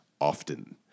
often